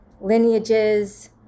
lineages